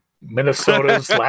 Minnesota's